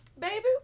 Baby